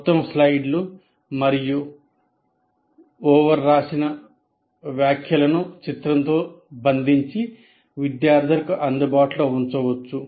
మొత్తం స్లైడ్లు మరియు ఓవర్ రాసిన వ్యాఖ్యలను చిత్రంలో బంధించి విద్యార్థులకు అందుబాటులో ఉంచవచ్చు